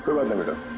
remember